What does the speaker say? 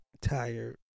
tired